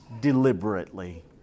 deliberately